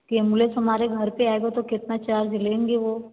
कि एंबुलेंस हमारे घर पर आएगा तो कितना चार्ज लेंगे वह